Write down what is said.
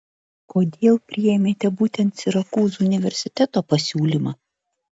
kodėl priėmėte būtent sirakūzų universiteto pasiūlymą